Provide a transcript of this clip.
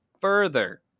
further